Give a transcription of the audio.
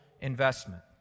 investment